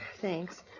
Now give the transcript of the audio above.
Thanks